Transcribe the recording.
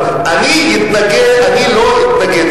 אני לא אתנגד.